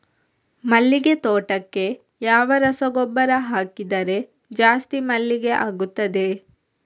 ಮಲ್ಲಿಗೆ ತೋಟಕ್ಕೆ ಯಾವ ರಸಗೊಬ್ಬರ ಹಾಕಿದರೆ ಜಾಸ್ತಿ ಮಲ್ಲಿಗೆ ಆಗುತ್ತದೆ?